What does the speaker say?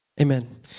Amen